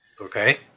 Okay